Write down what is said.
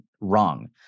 wrong